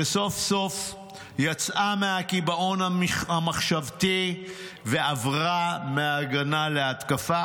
שסוף-סוף יצאה מהקיבעון המחשבתי ועברה מהגנה להתקפה,